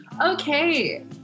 Okay